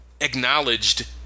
acknowledged